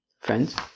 Friends